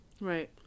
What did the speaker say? Right